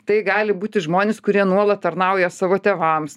tai gali būti žmonės kurie nuolat tarnauja savo tėvams